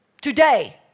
Today